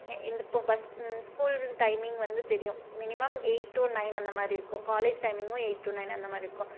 ஏ இந்த இப்போ bus school timing வந்து தெரியும் மினிமம் எயிட் டூ நைன் அந்தமாதிரி இருக்கும் காலேஜ் டைமிங்கும் எயிட் டூ நைன் அந்தமாதிரி இருக்கும்